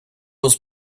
was